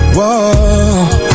Whoa